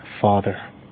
Father